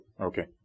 Okay